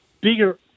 Bigger